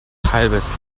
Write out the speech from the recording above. halbes